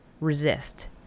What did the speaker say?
Resist